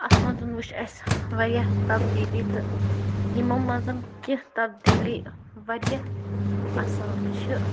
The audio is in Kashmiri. اَتھ منٛز وُچھ اَسہِ واریاہ تبدیٖلی تہٕ یِمو منٛز کیٚنٛہہ تبدیٖلی واریاہ اَصٕل چھِ